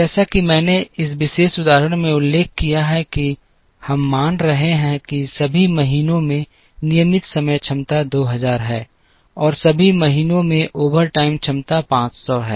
जैसा कि मैंने इस विशेष उदाहरण में उल्लेख किया है कि हम मान रहे हैं कि सभी महीनों में नियमित समय क्षमता 2000 है और सभी महीनों में ओवरटाइम क्षमता 500 है